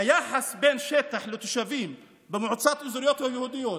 היחס בין שטח לתושבים במועצת האזוריות היהודיות